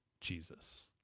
Jesus